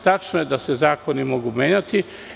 Tačno je da se zakoni mogu menjati.